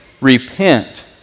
Repent